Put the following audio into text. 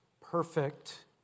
perfect